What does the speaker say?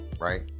Right